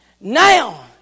Now